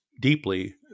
deeply